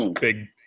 big